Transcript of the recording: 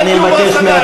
אין דיור בר-השגה,